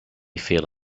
feel